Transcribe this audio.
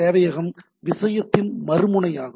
சேவையகம் விஷயத்தின் மறு முனையாகும்